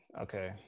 okay